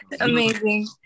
Amazing